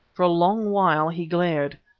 for a long while he glared.